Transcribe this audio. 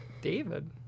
David